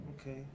okay